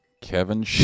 Kevin